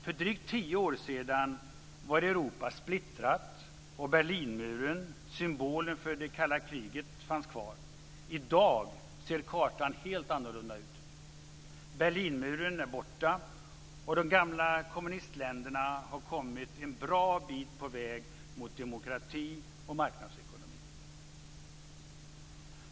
För drygt tio år sedan var Europa splittrat, och Berlinmuren - symbolen för det kalla kriget - fanns kvar. I dag ser kartan helt annorlunda ut. Berlinmuren är borta, och de gamla kommunistländerna har kommit en bra bit på väg mot demokrati och marknadsekonomi.